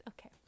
Okay